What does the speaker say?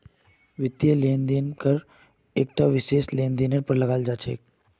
वित्तीय लेन देन कर एकता विशिष्ट टाइपेर वित्तीय लेनदेनेर पर लगाल जा छेक